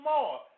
more